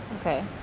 Okay